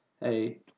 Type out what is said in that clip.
Hey